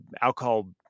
alcohol